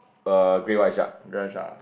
the red shark ah